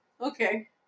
okay